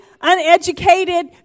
uneducated